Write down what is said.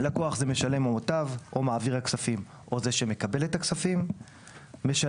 "לקוח" הוא משלם או מוטב מעביר הכספים או זה שמקבל את הכספים; "משלם"